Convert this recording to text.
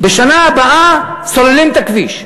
בשנה הבאה סוללים את הכביש.